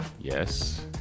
Yes